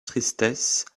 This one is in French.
tristesse